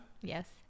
Yes